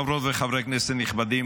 חברות וחברי כנסת נכבדים,